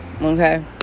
Okay